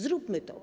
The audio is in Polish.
Zróbmy to.